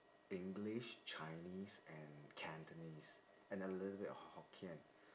english chinese and cantonese and a little bit of hokkien